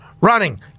running